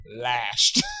last